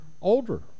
older